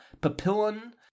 Papillon